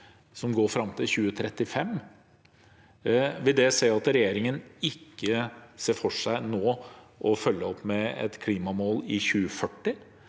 skal gå fram til 2035. Vil det si at regjeringen ikke ser for seg nå å følge opp med et klimamål for 2040